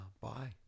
Bye